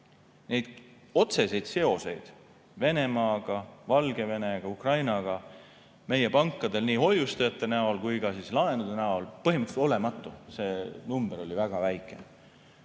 Otsesed seosed Venemaaga, Valgevenega ja Ukrainaga meie pankadel nii hoiustajate näol kui ka laenude näol on põhimõtteliselt olematud, see number oli väga väike.